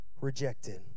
rejected